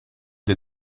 des